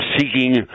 seeking